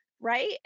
Right